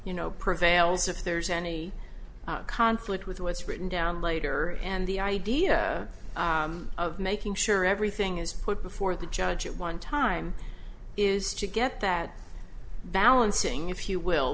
you know prevails if there's any conflict with what's written down later and the idea of making sure everything is put before the judge at one time is to get that balancing if you will